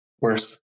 worse